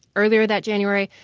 earlier that january,